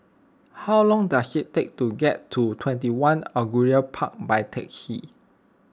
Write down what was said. how long does it take to get to twenty one Angullia Park by taxi